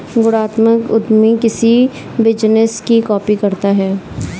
गुणात्मक उद्यमी किसी बिजनेस की कॉपी करता है